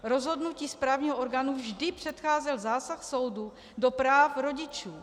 Rozhodnutí správního orgánu vždy předcházel zásah soudu do práv rodičů.